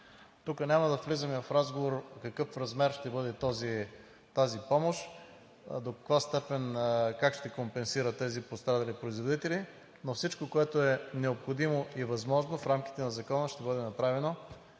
Тук няма да влизаме в разговор в какъв размер ще бъде тази помощ, до каква степен, как ще се компенсират пострадалите производители, но всичко, което е необходимо и възможно, ще бъде направено